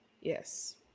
Yes